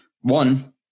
One